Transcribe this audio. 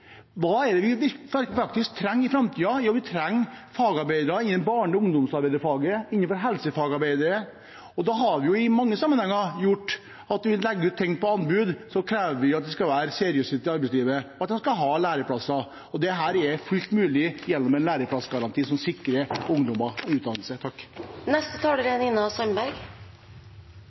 Hva er det vi faktisk trenger i framtiden? Jo, vi trenger fagarbeidere innen barne- og ungdomsarbeiderfaget, innenfor helsefagarbeid. Vi har i mange sammenhenger, når vi legger ut ting på anbud, krevd at det skal være seriøsitet i arbeidslivet, at man skal ha læreplasser. Dette er fullt mulig gjennom en læreplassgaranti som sikrer ungdommer utdannelse.